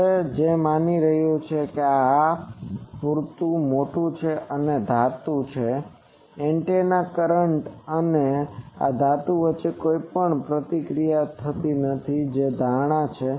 હવે જે માની રહ્યું છે કે આ પૂરતું મોટું છે તે ધાતુ છે કે એન્ટેના કરંટ અને આ ધાતુની વચ્ચે કોઈ ક્રિયાપ્રતિક્રિયા નથી જે ધારણા છે